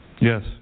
Yes